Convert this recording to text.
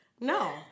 No